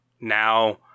Now